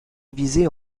divisés